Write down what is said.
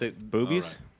boobies